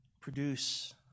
produce